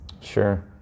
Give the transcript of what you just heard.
Sure